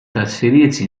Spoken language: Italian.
trasferirsi